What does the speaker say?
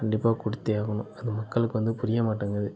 கண்டிப்பாக கொடுத்தே ஆகணும் அது மக்களுக்கு புரிய மாட்டேங்கிது